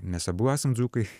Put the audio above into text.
nes abu esam dzūkai